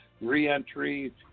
Reentry